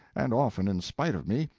and often, in spite of me,